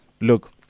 Look